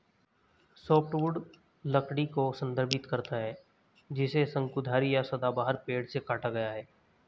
softwood लकड़ी को संदर्भित करता है जिसे शंकुधारी या सदाबहार पेड़ से काटा गया है